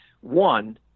One